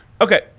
Okay